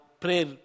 prayer